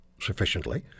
sufficiently